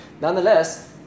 Nonetheless